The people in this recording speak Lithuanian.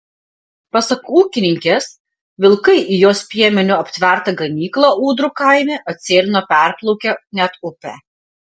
pasak ūkininkės vilkai į jos piemeniu aptvertą ganyklą ūdrų kaime atsėlino perplaukę net upę